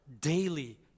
daily